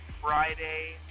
friday